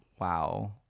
wow